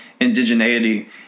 indigeneity